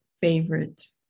favorite